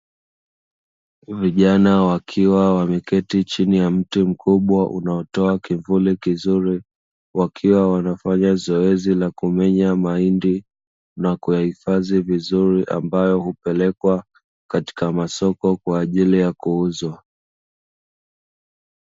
Vijana wakiwa wameketi chini ya mti mkubwa unaotoa kivuli kizuri wakiwa wanafanya zoezi la kumenya mahindi na kuyahifadhi vizuri , ambayo hupelekwa katika masoko kwa ajili ya kuuzwa.